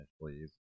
please